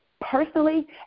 personally